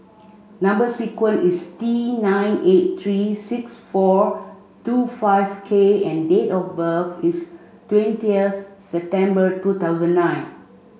number sequence is T nine eight three six four two five K and date of birth is twentieth September two thousand nine